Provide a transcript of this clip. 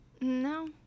No